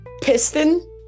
piston